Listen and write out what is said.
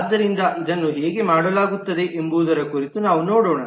ಆದ್ದರಿಂದ ಇದನ್ನು ಹೇಗೆ ಮಾಡಲಾಗುತ್ತದೆ ಎಂಬುದರ ಕುರಿತು ನಾವು ನೋಡೋಣ